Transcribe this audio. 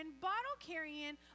bottle-carrying